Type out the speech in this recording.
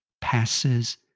passes